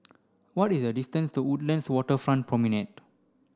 what is the distance to Woodlands Waterfront Promenade